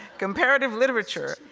comparative literature,